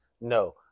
No